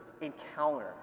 encounter